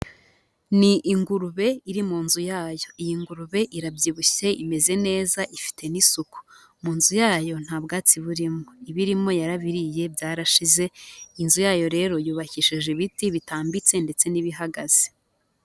Ni ingurube iri mu nzu yayo, iyi ngurube irabyibushye, imeze neza, ifite n'isuku. Mu nzu yayo nta bwatsi burimo; ibirimo yarabiriye byarashize, inzu yayo rero yubakishije ibiti bitambitse ndetse n'ibihagaze.